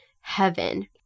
heaven